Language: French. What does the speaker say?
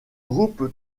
groupe